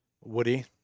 woody